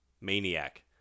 Maniac